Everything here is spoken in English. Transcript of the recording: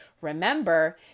Remember